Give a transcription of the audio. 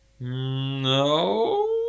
no